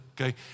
Okay